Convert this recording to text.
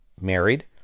married